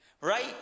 Right